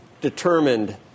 determined